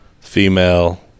female